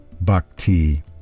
bhakti